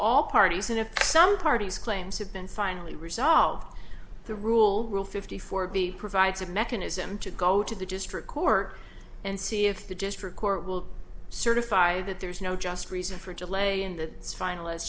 all parties and if some parties claims have been finally resolved the rule rule fifty four b provides a mechanism to go to the district court and see if the district court will certify that there is no just reason for delay in that finalists